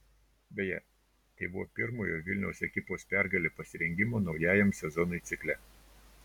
beje tai buvo pirmojo vilniaus ekipos pergalė pasirengimo naujajam sezonui cikle